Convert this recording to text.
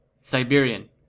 Siberian